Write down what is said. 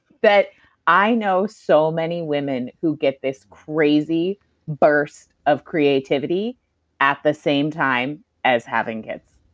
that i know so many women who get this crazy burst of creativity at the same time as having kids.